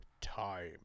time